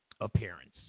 appearance